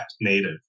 Native